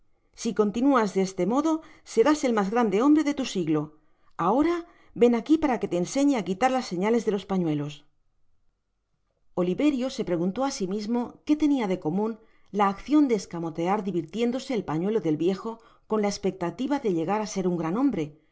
si continuas de este modo serás el mas grande hombre de tu siglo ahora ven aqui para que te enseñe á quitar las señales de los pañuelos oliverio se preguntó á si mismo que tenia de comun la accion de escamotear divirtiéndose el pañuelo del viejo con la espectativa de llegar á ser un grande hombre